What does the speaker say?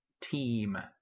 team